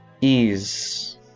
ease